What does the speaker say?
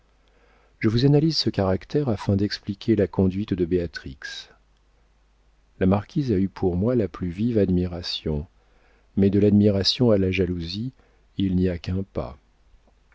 je vous analyse ce caractère afin d'expliquer la conduite de béatrix la marquise a eu pour moi la plus vive admiration mais de l'admiration à la jalousie il n'y a qu'un pas